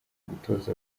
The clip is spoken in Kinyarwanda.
gutoza